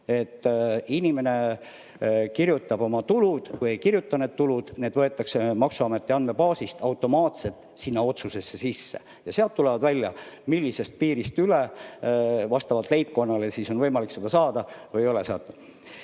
Inimene kirjutab oma tulud või ei kirjuta neid tulusid, need võetakse maksuameti andmebaasist automaatselt sinna otsusesse sisse. Ja sealt tuleb välja, millisest piirist üle vastavalt leibkonnale on võimalik seda [toetust] saada või mitte saada.